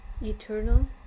eternal